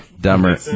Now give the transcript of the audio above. Dumber